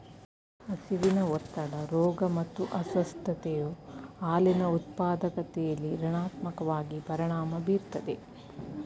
ಹಸಿವಿನ ಒತ್ತಡ ರೋಗ ಮತ್ತು ಅಸ್ವಸ್ಥತೆಯು ಹಾಲಿನ ಉತ್ಪಾದಕತೆಲಿ ಋಣಾತ್ಮಕವಾಗಿ ಪರಿಣಾಮ ಬೀರ್ತದೆ